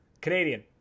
Canadian